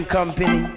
Company